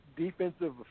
defensive